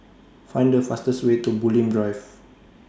Find The fastest Way to Bulim Drive